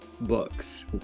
books